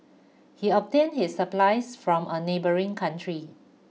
he obtained his supplies from a neighbouring country